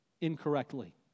incorrectly